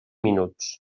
minuts